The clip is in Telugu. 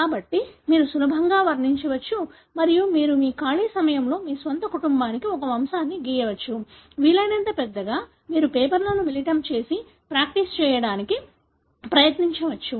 కాబట్టి మీరు సులభంగా వర్ణించవచ్చు మరియు మీరు మీ ఖాళీ సమయంలో మీ స్వంత కుటుంబానికి ఒక వంశాన్ని గీయవచ్చు వీలైనంత పెద్దగా మీరు పేపర్లను మిళితం చేసి ప్రాక్టీస్ చేయడానికి ప్రయత్నించవచ్చు